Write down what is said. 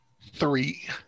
three